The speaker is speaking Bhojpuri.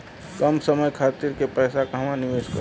कम समय खातिर के पैसा कहवा निवेश करि?